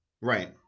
Right